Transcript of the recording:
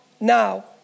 now